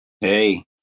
Hey